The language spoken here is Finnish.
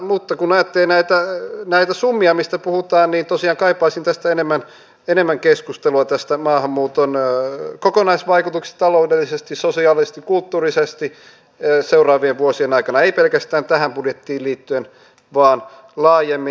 mutta kun ajattelen näitä summia mistä puhutaan niin tosiaan kaipaisin enemmän keskustelua näistä maahanmuuton kokonaisvaikutuksista taloudellisesti sosiaalisesti kulttuurisesti seuraavien vuosien aikana ei pelkästään tähän budjettiin liittyen vaan laajemmin